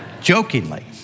jokingly